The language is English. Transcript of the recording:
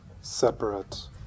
separate